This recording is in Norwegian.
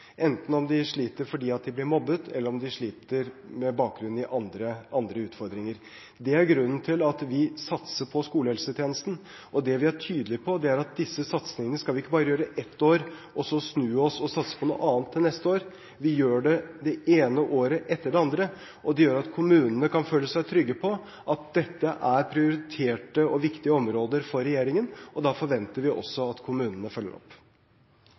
enten de sliter fordi de blir mobbet, eller de sliter med bakgrunn i andre utfordringer. Det er grunnen til at vi satser på skolehelsetjenesten, og det vi er tydelige på, er at disse satsningene skal vi ikke bare gjøre ett år og så snu oss og satse på noe annet til neste år. Vi gjør det det ene året etter det andre, og det gjør at kommunene kan føle seg trygge på at dette er prioriterte og viktige områder for regjeringen. Da forventer vi også at kommunene følger opp.